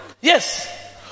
Yes